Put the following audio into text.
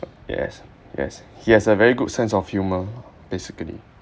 yes yes he has a very good sense of humor basically